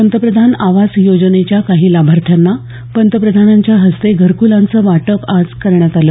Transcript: पंतप्रधान आवास योजनेच्या काही लाभार्थ्यांना यावेळी पंतप्रधानांच्या हस्ते घरकुलांचं वाटप करण्यात आलं